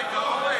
עברה בקריאה